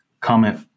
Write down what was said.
comment